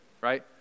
right